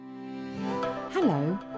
Hello